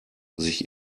sich